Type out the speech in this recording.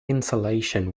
insulation